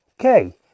okay